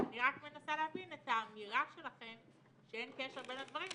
אני רק מנסה להבין את האמירה שלכם שאין קשר בין הדברים,